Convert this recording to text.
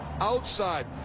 outside